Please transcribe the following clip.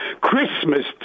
Christmas